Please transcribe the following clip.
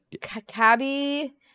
Cabby